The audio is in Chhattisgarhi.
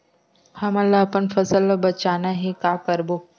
हमन ला अपन फसल ला बचाना हे का करबो?